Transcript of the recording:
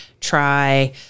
try